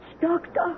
Doctor